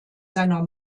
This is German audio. seiner